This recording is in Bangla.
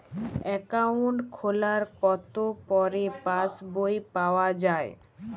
অ্যাকাউন্ট খোলার কতো পরে পাস বই পাওয়া য়ায়?